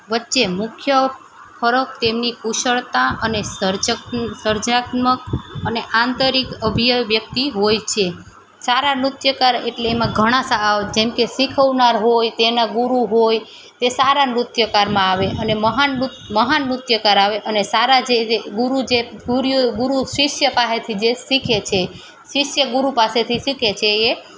વચ્ચે મુખ્ય ફરક તેમની કુશળતા અને સર્જનાત્મક અને આંતરિક અભિવ્યક્તિ હોય છે સારા નૃત્યકાર એટલે એમાં ઘણા જેમકે શીખવનાર હોય તેના ગુરુ હોય તે સારા નૃત્યકારમાં આવે અને મહાન મહાન નૃત્યકાર આવે અને સારા જે ગુરુ જે ગુરુ શિષ્ય પાસેથી જે શીખે છે શિષ્ય ગુરુ પાસેથી શીખે છે એ